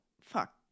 Fuck